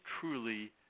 truly